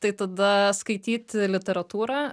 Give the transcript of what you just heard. tai tada skaityti literatūrą